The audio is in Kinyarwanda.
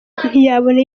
ntiyabona